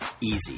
easy